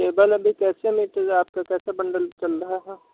cable अभी कैसे meter आपका कैसे बण्डल चल रहा है